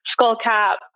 skullcap